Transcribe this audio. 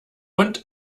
und